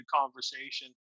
conversation